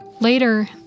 Later